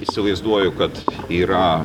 įsivaizduoju kad yra